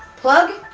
plug?